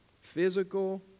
physical